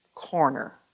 Corner